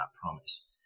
promise